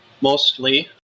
mostly